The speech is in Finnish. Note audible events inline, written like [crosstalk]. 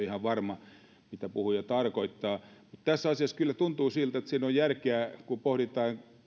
[unintelligible] ihan varma mitä puhuja tarkoittaa tässä asiassa kyllä tuntuu siltä että siinä on järkeä kun pohditaan